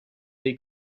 they